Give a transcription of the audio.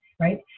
right